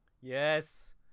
Yes